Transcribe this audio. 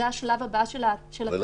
זה השלב הבא של התקנות.